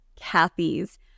Kathy's